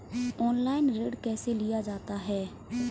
Online ऋण कैसे लिया जाता है?